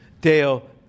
Dale